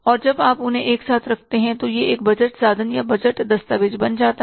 और जब आप उन्हें एक साथ रखते हैं तो यह एक बजट साधन या बजट दस्तावेज़ बन जाता है